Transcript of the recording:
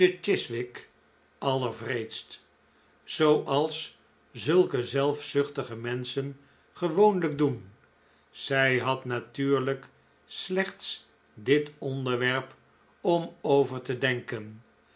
chiswick allerwreedst zooals zulke zelfzuchtige menschen gewoonlijk doen zij had natuurlijk slechts dit onderwerp om over te denken